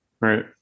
Right